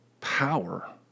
power